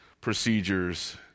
procedures